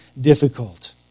difficult